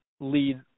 lead